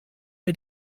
mit